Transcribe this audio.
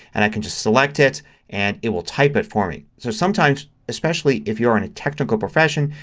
and i can just select it and it will type it for me. so sometime, especially if you're in a technical profession,